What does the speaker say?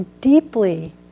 deeply